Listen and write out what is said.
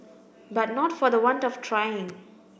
but not for the want of trying